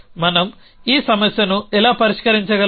మనం ఈ సమస్యను ఎలా పరిష్కరించగలము